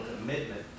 commitment